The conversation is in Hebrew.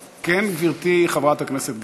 כן, גברתי, חברת הכנסת גלאון.